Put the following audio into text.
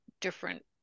different